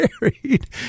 married